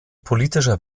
politischer